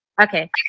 Okay